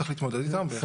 צריך להתמודד איתם, בהחלט.